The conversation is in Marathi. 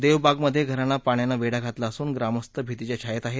देवबागमध्ये घरांना पाण्यानं वेढा घातला असून ग्रामस्थ भीतीच्या छायेत आहेत